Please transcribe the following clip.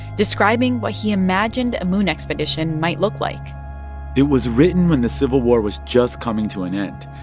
describing what he imagined a moon expedition might look like it was written when the civil war was just coming to an end.